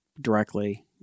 directly